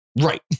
right